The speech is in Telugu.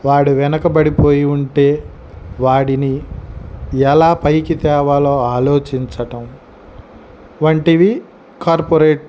వాడు వెనకబడిపోయి ఉంటే వాడిని ఎలా పైకి తేవాలో ఆలోచించటం వంటివి కార్పొరేట్